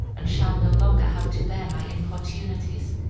and shall no longer have to bear my importunities.